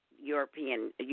european